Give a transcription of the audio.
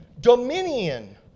dominion